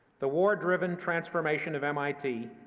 the war-driven transformation of mit,